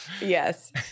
Yes